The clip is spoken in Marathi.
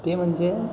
ते म्हणजे